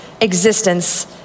existence